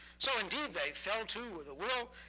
so indeed they fell to with a will.